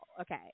Okay